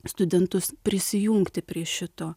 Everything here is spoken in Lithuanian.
studentus prisijungti prie šito